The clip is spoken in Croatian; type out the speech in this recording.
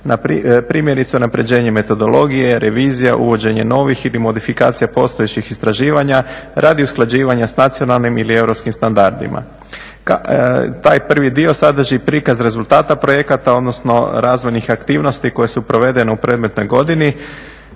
Primjerice unapređenje metodologije, revizija, uvođenje novih i modifikacija postojećih istraživanja, radi usklađivanja s nacionalnim ili europskim standardima. Taj prvi dio sadrži prikaz rezultata projekata, odnosno razvojnih aktivnosti koje su provedene u predmetnoj godini.